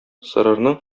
сорырның